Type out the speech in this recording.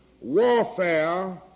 warfare